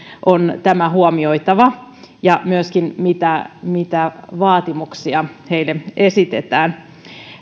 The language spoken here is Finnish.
on tämä huomioitava ja myöskin siinä mitä vaatimuksia heille esitetään